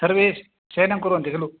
सर्वे शयनं कुर्वन्ति खलु